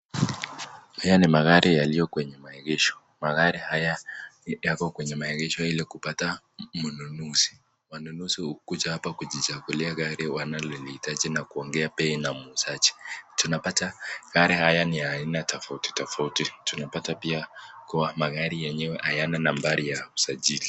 Haya ni magari yaliyo kwenye maegesho. Magari haya yako kwenye maegesho ili kupata mnunuzi. Wanunuzi hukuja hapa kujichagulia gari wanalohitaji na kuongea bei na muuzaji. Tunapata gari haya ni ya aina tofauti tofauti, tunapata pia kuwa magari yenyewe hayana nambari ya usajili.